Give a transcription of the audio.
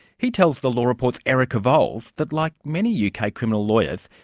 he tells the law report's erica vowles that, like many yeah uk ah criminal lawyers,